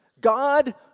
God